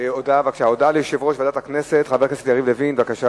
אדוני היושב-ראש, בבקשה,